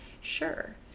sure